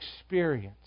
experience